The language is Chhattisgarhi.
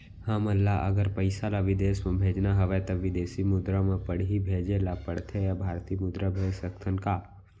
हमन ला अगर पइसा ला विदेश म भेजना हवय त विदेशी मुद्रा म पड़ही भेजे ला पड़थे या भारतीय मुद्रा भेज सकथन का?